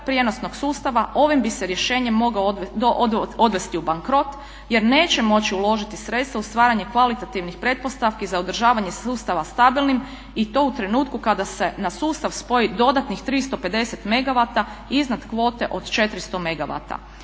prijenosnog sustava ovim bi se rješenjem mogao odvesti u bankrot jer neće moći uložiti sredstva u stvaranje kvalitativnih pretpostavki za održavanje sustava stabilnim i to u trenutku kada se na sustav spoji dodatnih 350 megavata iznad kvote od 400